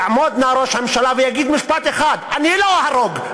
יעמוד נא ראש הממשלה ויגיד משפט אחד: אני לא אהרוג,